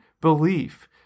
belief